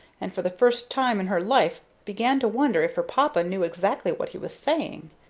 and for the first time in her life began to wonder if her papa knew exactly what he was saying.